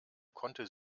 konnte